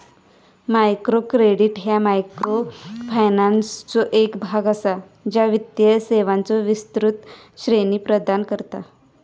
micro credit ह्या मायक्रोफायनान्सचो एक भाग असा, ज्या वित्तीय सेवांचो विस्तृत श्रेणी प्रदान करता